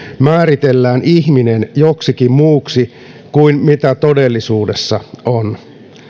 määritellään ihminen joksikin muuksi kuin mitä todellisuudessa on